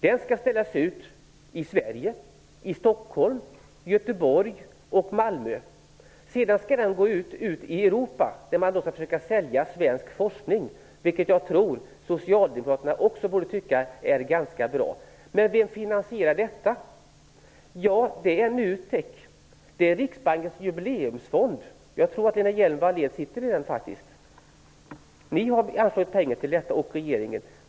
Den skall visas i Stockholm, Göteborg och Malmö och skall sedan gå ut i Europa, där man skall försöka sälja svensk forskning. Också socialdemokraterna borde tycka att detta är ganska bra. Hur finansieras då detta? Det sker, förutom genom regeringen, av NUTEK och av Riksbankens Jubileumsfond, där Lena Hjelm-Wallén själv sitter med.